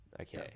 Okay